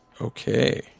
okay